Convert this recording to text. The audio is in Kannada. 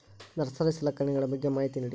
ನರ್ಸರಿ ಸಲಕರಣೆಗಳ ಬಗ್ಗೆ ಮಾಹಿತಿ ನೇಡಿ?